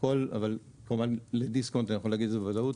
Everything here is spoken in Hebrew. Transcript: אבל כמובן לדיסקונט אני יכול להגיד את זה בוודאות.